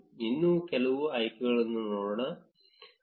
ಇನ್ನೂ ಕೆಲವು ಆಯ್ಕೆಗಳನ್ನು ನೋಡೋಣ